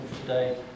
today